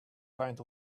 kind